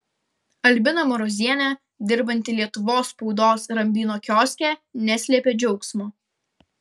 albina marozienė dirbanti lietuvos spaudos rambyno kioske neslėpė džiaugsmo